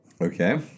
Okay